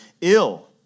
ill